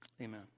amen